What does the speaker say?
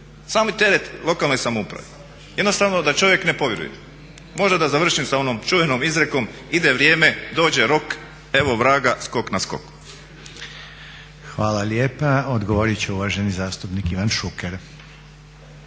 Sami teret lokalne samouprave. Jednostavno da čovjek ne povjeruje. Možda da završim sa onom čuvenom izrekom "Ide vrijeme dođe roka, evo vraga skok na skok." **Reiner, Željko (HDZ)** Hvala lijepa. Odgovorit će uvaženi zastupnik Ivan Šuker.